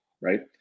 right